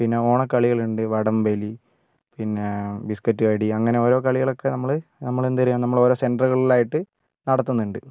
പിന്നെ ഓണക്കളികളുണ്ട് വടംവലി പിന്നെ ബിസ്കറ്റ് കടി അങ്ങനെ ഓരോ കളികളൊക്കെ നമ്മള് നമ്മള് എന്ത് ചെയ്യുക നമ്മള് ഓരോ സെൻറ്ററുകളിലായിട്ട് നടത്തുന്നിണ്ട്